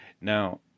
Now